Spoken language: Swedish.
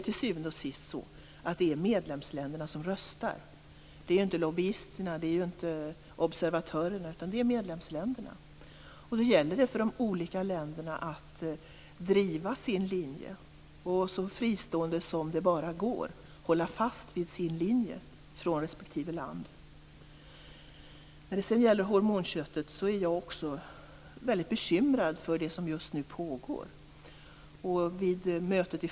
Till syvende och sist är det medlemsländerna som röstar, inte lobbyisterna eller observatörerna. Då gäller det för länderna att så fristående som möjligt driva och hålla fast vid sina linjer. Jag är också bekymrad över det som pågår med hormonköttet.